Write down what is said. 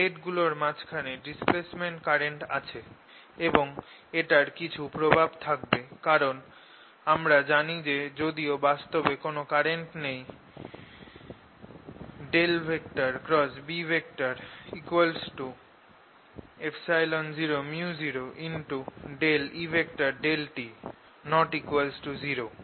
প্লেটগুলোর মাঝখানে displacement current আছে এবং এটার কিছু প্রভাব থাকবে কারণ আমরা জানি যে যদিও বাস্তবে কোন কারেন্ট নেই B 0µ0E∂t ≠0